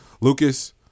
Lucas